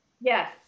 Yes